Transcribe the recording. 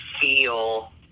feel